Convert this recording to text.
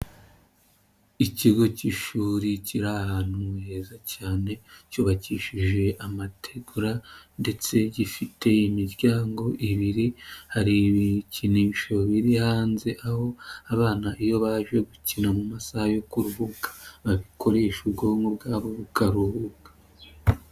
Ikigo cy'ishuri kiri ahantu heza cyane cyubakishije amategura ndetse gifite imiryango ibiri, hari ibikinisho biri hanze aho abana iyo baje gukina mu masaha yo kuruhuka babikoresha ubwonko bwabo bukaruhuka.